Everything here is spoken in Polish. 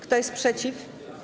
Kto jest przeciw?